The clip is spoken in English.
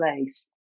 place